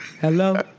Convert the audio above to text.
Hello